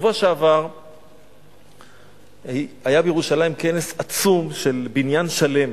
בשבוע שעבר היה בירושלים כנס עצום של "בניין שלם".